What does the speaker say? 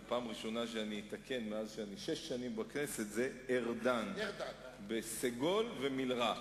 אז פעם ראשונה זה שש שנים שאני בכנסת שאני מתקן: זה ארדן בסגול ובמלרע,